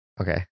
Okay